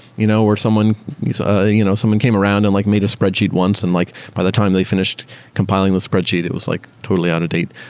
you know or someone ah you know someone came around and like made a spreadsheet once. and like by the time they finished compiling the spreadsheet, it was like totally out of date.